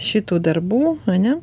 šitų darbų ane